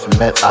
met